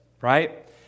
right